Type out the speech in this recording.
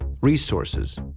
resources